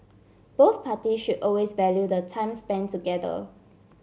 both party should always value the time spent together